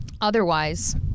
Otherwise